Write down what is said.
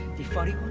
the furry